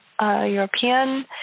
European